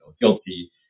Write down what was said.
guilty